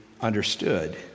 understood